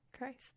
Christ